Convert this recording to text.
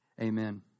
Amen